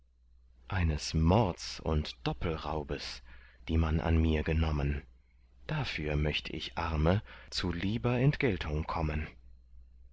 eines mords und doppelraubes die man an mir genommen dafür möcht ich arme zu lieber entgeltung kommen